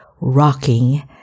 rocking